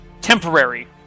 Temporary